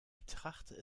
betrachte